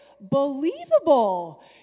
believable